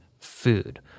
food